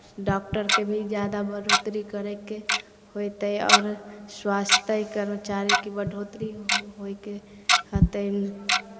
डॉक्टरके भी जादा बढ़ोत्तरी करयके होयतै आओर स्वास्थ्य कर्मचारीके बढ़ोत्तरी होयके हेतै